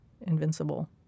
invincible